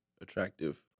attractive